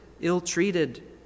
ill-treated